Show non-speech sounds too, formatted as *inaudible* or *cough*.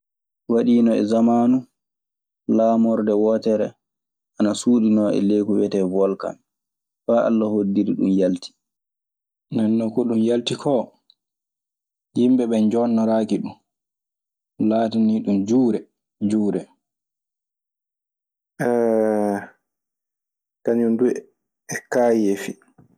Waɗiino e samaanu laamorde wootere ana suuɗi noo e ley ko wiyetee wolkan, faa Alla hoddiri ɗun yalti. Nden non ko ɗun yalti koo, ymɓe ɓee jooɗnoraaki ɗun. Laatanii ɗun juure, juure. *hesitation* kañun du e kaayefi.